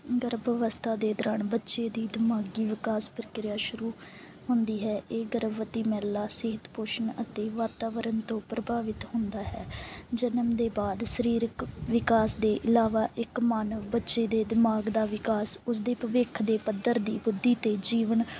ਗਰਭ ਅਵਸਥਾ ਦੇ ਦੌਰਾਨ ਬੱਚੇ ਦੀ ਦਿਮਾਗੀ ਵਿਕਾਸ ਪ੍ਰਕਿਰਿਆ ਸ਼ੁਰੂ ਹੁੰਦੀ ਹੈ ਇਹ ਗਰਭਵਤੀ ਮਹਿਲਾ ਸਿਹਤ ਪੋਸ਼ਣ ਅਤੇ ਵਾਤਾਵਰਨ ਤੋਂ ਪ੍ਰਭਾਵਿਤ ਹੁੰਦਾ ਹੈ ਜਨਮ ਦੇ ਬਾਅਦ ਸਰੀਰਕ ਵਿਕਾਸ ਦੇ ਇਲਾਵਾ ਇੱਕ ਮਾਨਵ ਬੱਚੇ ਦੇ ਦਿਮਾਗ ਦਾ ਵਿਕਾਸ ਉਸਦੇ ਭਵਿੱਖ ਦੇ ਪੱਧਰ ਦੀ ਬੁੱਧੀ ਅਤੇ ਜੀਵਨ